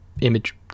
image